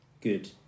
Good